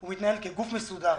הוא מתנהל כגוף מסודר.